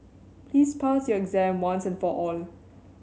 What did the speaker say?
please pass your exam once and for all